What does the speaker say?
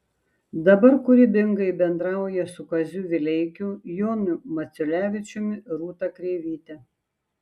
dabar kūrybingai bendrauja su kaziu vileikiu jonu maciulevičiumi rūta kreivyte